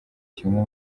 kimwe